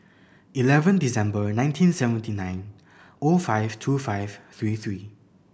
eleven December nineteen seventy nine O five two five three three